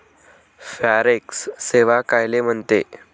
Forex सेवा कायले म्हनते?